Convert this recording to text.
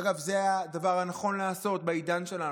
אגב, זה הדבר הנכון לעשות בעידן שלנו.